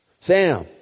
Sam